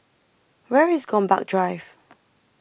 Where IS Gombak Drive